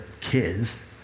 kids